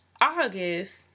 August